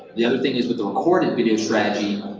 the other thing is with the recorded video strategy,